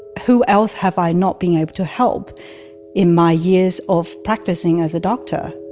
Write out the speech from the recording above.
who else have i not been able to help in my years of practicing as a doctor?